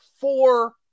four